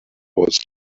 was